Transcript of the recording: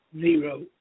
zero